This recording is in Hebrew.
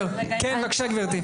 כן בבקשה גברתי.